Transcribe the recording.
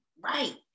Right